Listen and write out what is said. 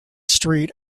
street